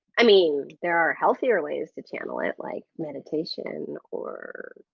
i mean there are healthier ways to channel it like meditation or.